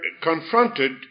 confronted